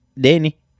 Danny